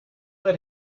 let